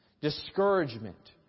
discouragement